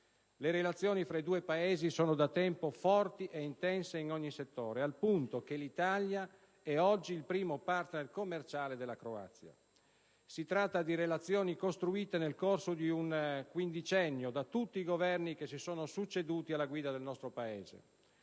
Le relazioni fra i due Paesi sono da tempo forti e intense in ogni settore, al punto che l'Italia è oggi il primo partner commerciale della Croazia. Si tratta di relazioni costruite nel corso di un quindicennio da tutti i Governi che si sono succeduti alla guida del nostro Paese